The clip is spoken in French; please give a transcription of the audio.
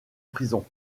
prison